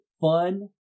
fun